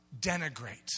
denigrate